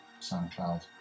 SoundCloud